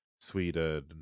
sweden